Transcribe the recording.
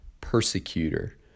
persecutor